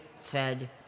fed